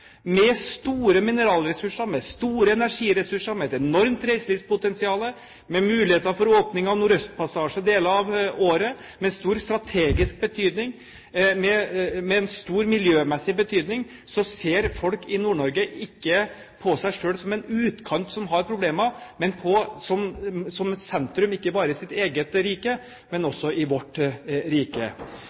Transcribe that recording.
Med store mineralressurser, med store energiressurser, med et enormt reiselivspotensial, med muligheter for åpning av Nordøstpassasjen deler av året, med stor strategisk betydning og med stor miljømessig betydning ser ikke folk i nord på Nord-Norge som en utkant som har problemer, men som et sentrum, ikke bare i sitt eget rike, men også i vårt rike.